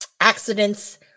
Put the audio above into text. accidents